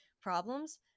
problems